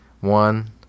one